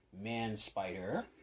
Man-Spider